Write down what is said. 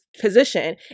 position